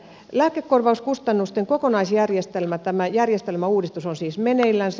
lääkekorvauskustannusten kokonaisjärjestelmän uudistus on siis meneillänsä